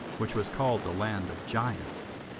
which was called the land of giants.